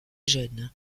jeune